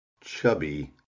chubby